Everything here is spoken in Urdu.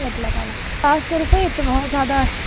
چار سو روپئے یہ تو بہت زیادہ ہے